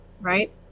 right